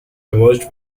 emerged